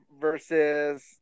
versus